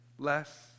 Less